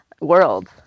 world